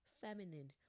feminine